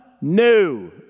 new